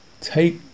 take